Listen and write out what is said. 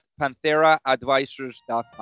PantheraAdvisors.com